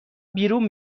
بیرون